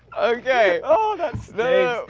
okay oh that smell